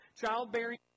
childbearing